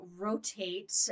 rotate